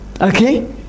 Okay